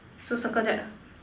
so circle that ah